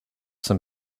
some